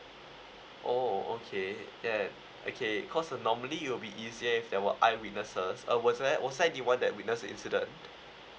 oh okay uh okay cause uh normally you will be easier if there were eye witnesses uh was there was there anyone that witnessed the incident